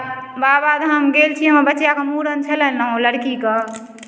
बाबाधाम गेल छी हमर बचियाके मूरन छलै ने लड़की कऽ